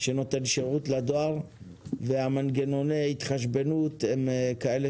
שנותן שירות לדואר ומנגנוני ההתחשבנות הם כאלה